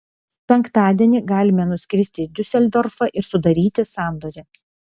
penktadienį galime nuskristi į diuseldorfą ir sudaryti sandorį